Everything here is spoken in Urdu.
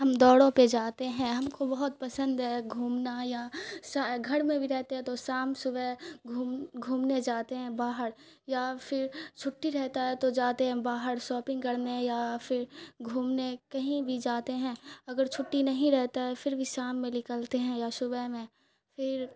ہم دوڑوں پہ جاتے ہیں ہم کو بہت پسند ہے گھومنا یا گھر میں بھی رہتے ہیں تو سام صبح گھوم گھومنے جاتے ہیں باہر یا پھر چھٹی رہتا ہے تو جاتے ہیں باہر ساپنگ کرنے یا پھر گھومنے کہیں بھی جاتے ہیں اگر چھٹی نہیں رہتا ہے پھر بھی شام میں لکلتے ہیں یا صبح میں پھر